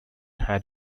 had